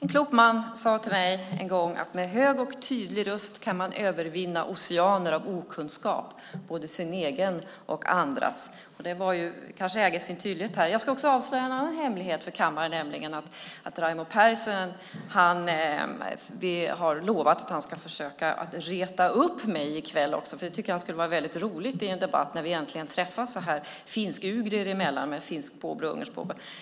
En klok man sade till mig en gång: Med hög och tydlig röst kan man övervinna oceaner av okunskap, både sin egen och andras. Det äger kanske sin tydlighet här. Jag ska också avslöja en annan hemlighet för kammaren, nämligen att Raimo Pärssinen har lovat att han ska försöka reta upp mig i kväll. Det tyckte han skulle vara roligt att göra i en debatt när vi äntligen träffas så här finskugrier emellan med finskt påbrå och ungerskt påbrå.